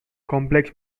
complex